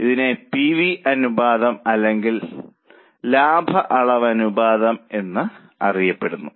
ഇത് P V അനുപാതം അല്ലെങ്കിൽ ലാഭ അളവ് അനുപാതം എന്നും അറിയപ്പെടുന്നു